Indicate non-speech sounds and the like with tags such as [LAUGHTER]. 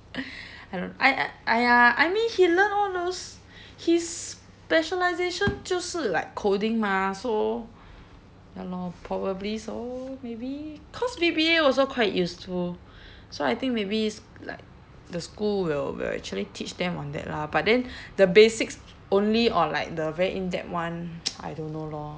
[NOISE] I don't I I !aiya! I mean he learn all those his specialisation 就是 like coding mah so ya lor probably so maybe cause V_B_A also quite useful so I think maybe sch~ like the school will will actually teach them on that lah but then the basics only or like the very in-depth one [NOISE] I don't know lor